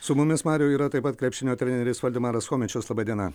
su mumis mariau yra taip pat krepšinio treneris valdemaras chomičius laba diena